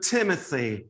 Timothy